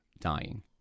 dying